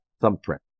thumbprint